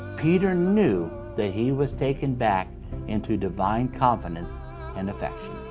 peter knew that he was taken back into divine confidence and affection.